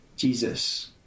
Jesus